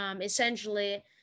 Essentially